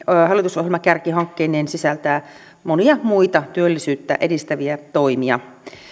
hallitusohjelma kärkihankkeineen sisältää monia muita työllisyyttä edistäviä toimia